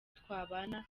twabana